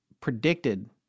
predicted